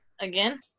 again